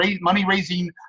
money-raising